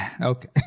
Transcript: okay